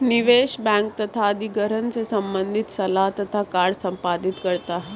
निवेश बैंक तथा अधिग्रहण से संबंधित सलाह तथा कार्य संपादित करता है